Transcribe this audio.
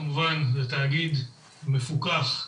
כמובן זה תאגיד מפוקח,